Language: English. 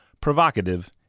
provocative